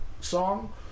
song